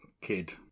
kid